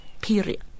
period